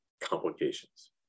complications